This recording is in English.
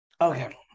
Okay